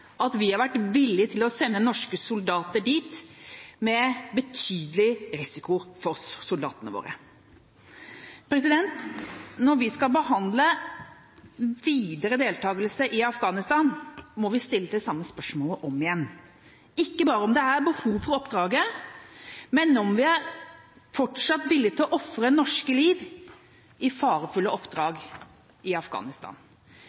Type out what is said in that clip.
at vi har vært villig til å sende norske soldater dit – med betydelig risiko for våre soldater. Når vi skal behandle videre deltakelse i Afghanistan, må vi stille det samme spørsmålet om igjen, ikke bare om det er behov for oppdraget, men om vi fortsatt er villig til å ofre norske liv i farefulle